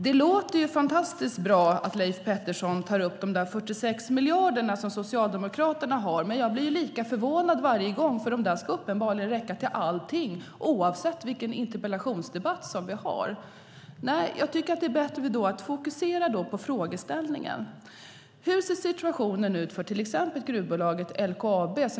Det låter fantastiskt bra när Leif Pettersson tar upp de 46 miljarder som Socialdemokraterna har. Men jag blir lika förvånad varje gång, för de ska uppenbarligen räcka till allting, oavsett vilken interpellationsdebatt vi har. Nej, jag tycker att det är bättre att fokusera på frågeställningen: Hur ser situationen ut för till exempel gruvbolaget LKAB?